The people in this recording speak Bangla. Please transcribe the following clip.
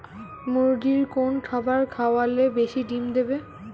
মুরগির কোন খাবার খাওয়ালে বেশি ডিম দেবে?